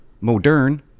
Modern